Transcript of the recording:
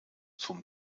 zum